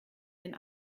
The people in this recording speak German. den